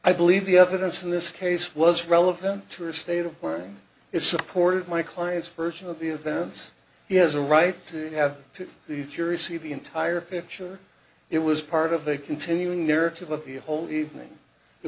i believe the evidence in this case was relevant to the state of wyoming it supported my client's version of the events he has a right to have the jury see the entire picture it was part of the continuing narrative of the whole evening it